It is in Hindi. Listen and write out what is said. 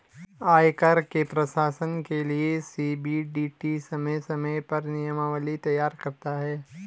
आयकर के प्रशासन के लिये सी.बी.डी.टी समय समय पर नियमावली तैयार करता है